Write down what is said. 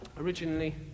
originally